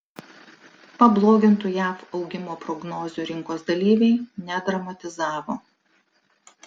pablogintų jav augimo prognozių rinkos dalyviai nedramatizavo